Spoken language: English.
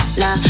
la